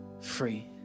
Free